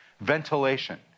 ventilation